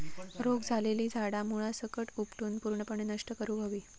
रोग झालेली झाडा मुळासकट उपटून पूर्णपणे नष्ट करुक हवी